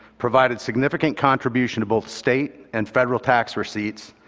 provide significant contributionable state and federal tax receipts,